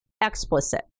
explicit